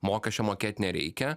mokesčio mokėt nereikia